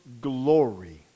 glory